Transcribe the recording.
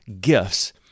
gifts